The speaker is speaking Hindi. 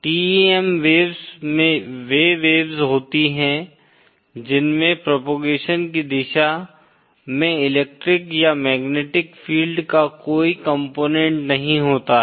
TEM वेव्स वे वेव्स होती हैं जिनमें प्रोपोगेशन की दिशा में इलेक्ट्रिक या मैग्नेटिक फील्ड का कोई कम्पोनेट नहीं होता है